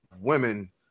women